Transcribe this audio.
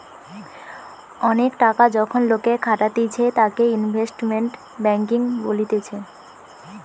অনেক টাকা যখন লোকে খাটাতিছে তাকে ইনভেস্টমেন্ট ব্যাঙ্কিং বলতিছে